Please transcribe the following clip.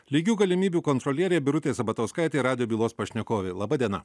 lygių galimybių kontrolierė birutė sabatauskaitė radijo bylos pašnekovė laba diena